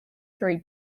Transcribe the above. three